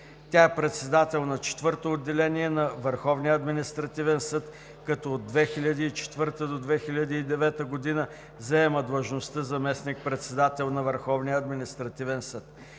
Тя е председател на Четвърто отделение на Върховния административен съд, като от 2004 г. до 2009 г. заема длъжността „заместник-председател“ на Върховния административен съд.